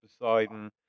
Poseidon